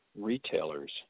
retailers